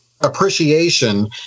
appreciation